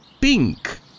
pink